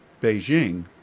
Beijing